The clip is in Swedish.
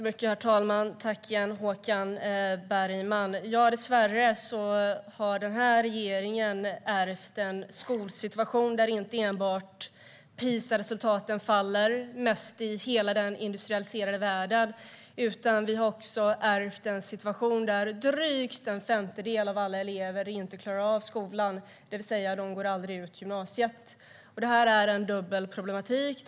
Herr talman! Tack igen, Håkan Bergman. Dessvärre har regeringen ärvt en skolsituation där inte bara PISA-resultaten faller mest i hela den industrialiserade världen utan där också drygt en femtedel av eleverna inte klarar av skolan, det vill säga att de aldrig går ut gymnasiet. Det är en dubbel problematik.